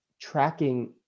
tracking